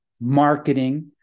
marketing